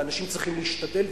ואנשים צריכים להשתדל,